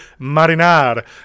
marinar